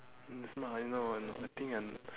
this one I know and I think I